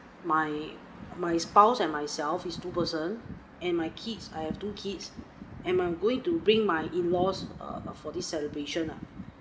my my spouse and myself is two person and my kids I have two kids and I'm going to bring my in-laws err for this celebration lah